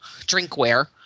drinkware